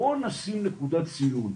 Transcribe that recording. בואו נשים נקודת ציון,